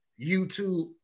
YouTube